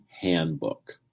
handbook